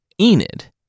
Enid